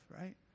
right